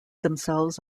themselves